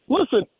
Listen